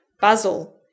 Basil